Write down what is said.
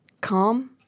calm